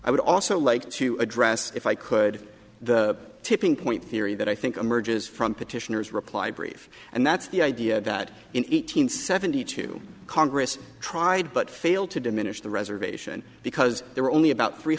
i would also like to address if i could the tipping point theory that i think a merges from petitioner's reply brief and that's the idea that in eight hundred seventy two congress tried but failed to diminish the reservation because there were only about three